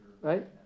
Right